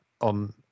on